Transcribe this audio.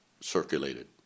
circulated